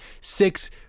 six